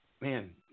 man